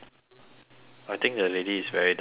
I think the lady is very done with me